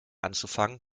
anzufangen